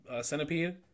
Centipede